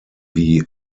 wie